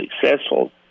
successful